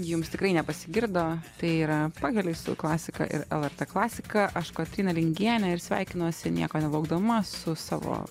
jums tikrai nepasigirdo tai yra pakeliui su klasika ir lrt klasika aš kotryna lingienė ir sveikinuosi nieko nelaukdama su savo